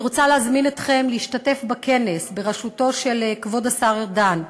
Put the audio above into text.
אני רוצה להזמין אתכם להשתתף בכנס בראשותו של כבוד השר ארדן,